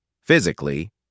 Physically